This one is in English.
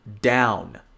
down